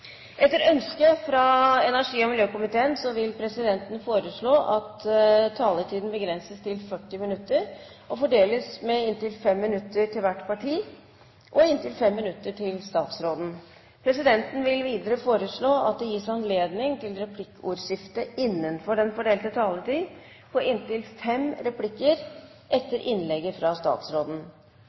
Etter ønske fra energi- og miljøkomiteen vil presidenten foreslå at taletiden begrenses til 40 minutter og fordeles med inntil 5 minutter til hvert parti og inntil 5 minutter til statsråden. Videre vil presidenten foreslå at det gis anledning til replikkordskifte på inntil fem replikker med svar etter innlegget fra statsråden innenfor den fordelte taletid.